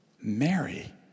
Mary